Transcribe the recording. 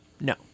No